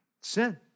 Sin